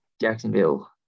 Jacksonville